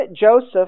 Joseph